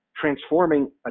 transforming